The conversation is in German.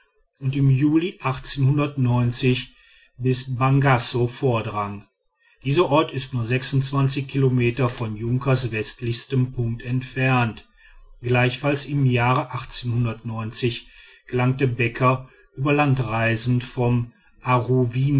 und im juli bis bangasso vordrang dieser ort ist nur kilometer von junkers westlichstem punkt entfernt gleichfalls im jahre gelangte becker über land reisend vom